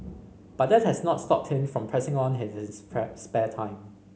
but that has not stopped him from pressing on his his spare time